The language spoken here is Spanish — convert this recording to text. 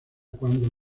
cuando